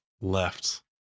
left